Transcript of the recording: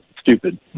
stupid